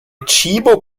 tchibo